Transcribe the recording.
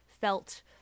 felt